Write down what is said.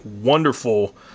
wonderful